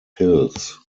hills